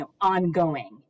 ongoing